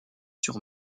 sur